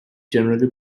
generally